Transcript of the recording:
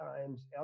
Times